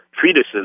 treatises